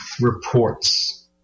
Reports